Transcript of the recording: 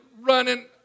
running